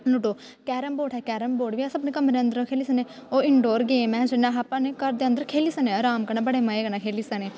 ludo carrom board ऐ carrom board बी अस अपने कमरे अंदर खेली सकने ओह् इनडोर गेम ऐ जिनें गी अस अपने घर दे अंदर खेली सकने अराम कन्नै बड़े मजे कन्नै खेली सकने